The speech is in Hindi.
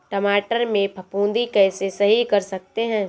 टमाटर से फफूंदी कैसे सही कर सकते हैं?